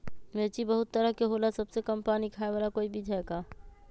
मिर्ची बहुत तरह के होला सबसे कम पानी खाए वाला कोई बीज है का?